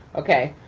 okay,